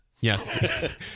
Yes